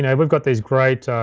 yeah we've got these great